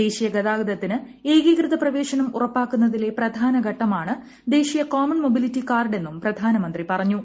ദേശീയ ഗതാഗതത്തിന് ഏകീകൃത പ്രവേശനം ഉറപ്പാക്കുന്നതിലെ പ്രധാന പ്രവട്ടമാണ് ദേശീയ കോമൺ മൊബിലി്റ്റി കാർഡ് എന്നും പ്രധാനമന്ത്രി പറഞ്ഞു